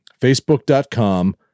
facebook.com